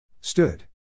Stood